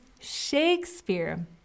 Shakespeare